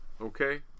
Okay